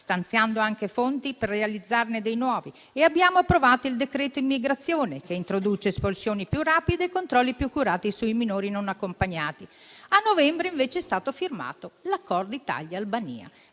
stanziando anche fonti per realizzarne dei nuovi, e abbiamo approvato il decreto immigrazione, che introduce espulsioni più rapide e controlli più accurati sui minori non accompagnati. A novembre, invece, è stato firmato l'Accordo Italia-Albania